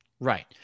Right